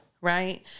right